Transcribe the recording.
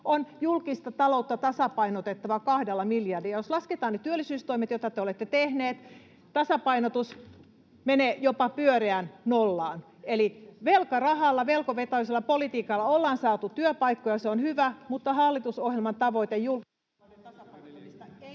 on julkista taloutta tasapainotettava kahdella miljardilla. Jos lasketaan ne työllisyystoimet, joita te olette tehneet, tasapainotus menee jopa pyöreään nollaan. Eli velkarahalla, velkavetoisella politiikalla ollaan saatu työpaikkoja, se on hyvä, mutta hallitusohjelman tavoite julkisen talouden